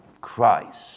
Christ